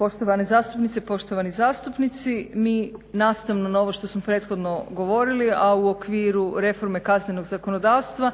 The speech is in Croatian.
Poštovane zastupnice, poštovani zastupnici. Mi nastavno na ovo što smo prethodno govorili, a u okviru reforme kaznenog zakonodavstva